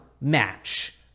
match